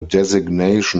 designation